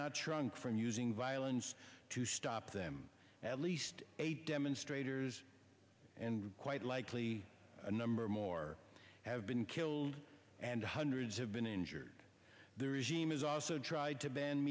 not trunk from using violence to stop them at least eight demonstrators and quite likely a number more have been killed and hundreds have been injured there is emas also tried to ban